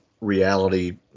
reality